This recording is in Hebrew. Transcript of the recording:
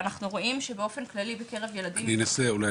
ואנחנו רואים שבאופן כללי בילדים -- אני אנסה אולי